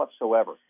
whatsoever